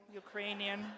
Ukrainian